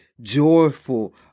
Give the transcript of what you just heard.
joyful